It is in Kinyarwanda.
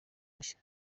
mushya